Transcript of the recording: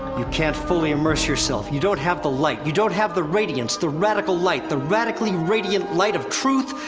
you can't fully immerse yourself, you don't have the light, you don't have the radiance, the radical light, the radically radiant light of truth,